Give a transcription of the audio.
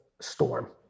storm